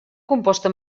composta